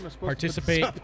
Participate